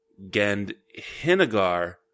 Gandhinagar